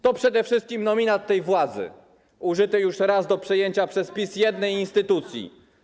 To przede wszystkim nominat tej władzy już raz użyty do przejęcia przez PiS jednej instytucji.